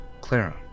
Clara